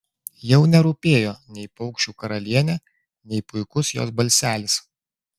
jau nerūpėjo nei paukščių karalienė nei puikus jos balselis